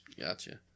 Gotcha